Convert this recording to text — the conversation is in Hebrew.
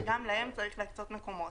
שגם להם צריכים להקצות מקומות.